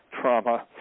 trauma